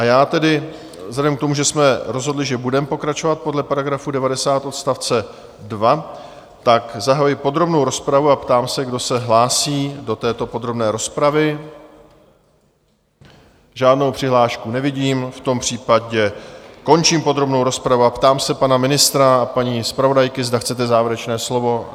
Já tedy vzhledem k tomu, že jsme rozhodli, že budeme pokračovat podle § 90 odst. 2, zahajuji podrobnou rozpravu a ptám se, kdo se hlásí do této podrobné rozpravy, Žádnou přihlášku nevidím, v tom případě končím podrobnou rozpravu a ptám se pana ministra a paní zpravodajky, zda chcete závěrečné slovo?